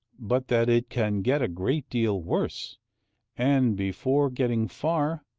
but that it can get a great deal worse and before getting far,